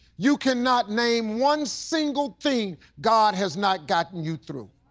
you cannot name one single thing god has not gotten you through.